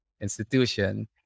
institution